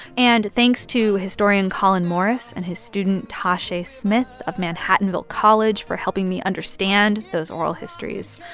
and thanks to historian colin morris and his student tashae smith of manhattanville college for helping me understand those oral histories.